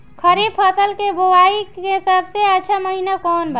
खरीफ फसल के बोआई के सबसे अच्छा महिना कौन बा?